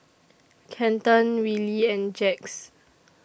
Kenton Willie and Jax